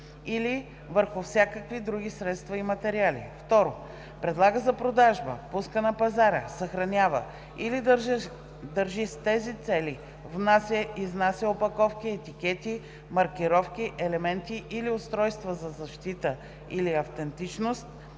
или върху всякакви други средства и материали; 2. предлага за продажба, пуска на пазара, съхранява или държи с тези цели, внася, изнася опаковки, етикети, маркировки, елементи или устройства за защита или автентичност,